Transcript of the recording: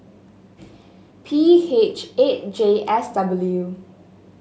P H eight J S W